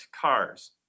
cars